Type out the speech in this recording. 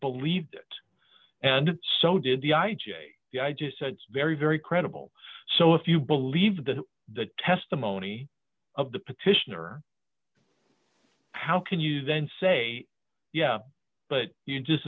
believe it and so did the i g a the i just said very very credible so if you believe that the testimony of the petitioner how can you then say yeah but you just